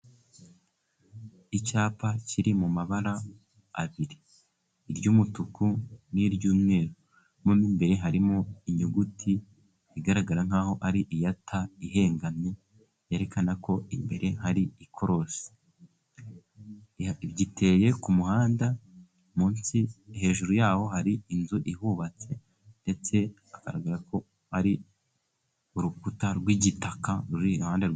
Icyapa kiri mu mabara abiri iry'umutuku n'iry'umweru, mo imbere harimo inyuguti igaragara nkaho ari iyata, ihengamye yerekana ko imbere hari ikorosi, giteye k'umuhanda munsi, hejuru yawo hari inzu ihubatse ndetse hagaragara ko ari urukuta rw'igitaka rur'iruhande.